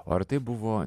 o ar tai buvo